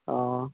অ